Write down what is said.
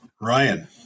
Ryan